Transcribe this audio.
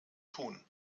tun